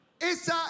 esa